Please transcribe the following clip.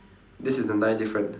this is the ninth difference